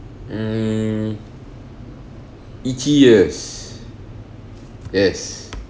mm itchy ears yes